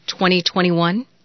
2021